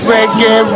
Reggae